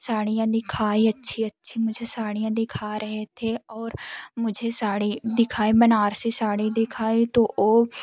साड़ियाँ दिखाई अच्छी अच्छी मुझे साड़ियाँ दिखा रहे थे और मुझे साड़ी दिखाएँ बनारसी साड़ी दिखाएँ तो ओ